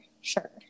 Sure